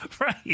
Right